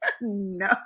No